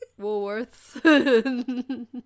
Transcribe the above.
Woolworths